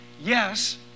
Yes